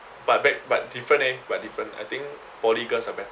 but back but different eh but different I think poly girls are be~